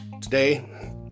today